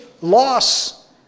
loss